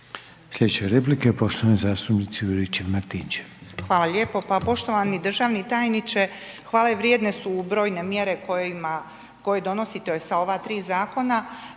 Sljedeća replika je poštovane zastupnice Juričev Martinčev.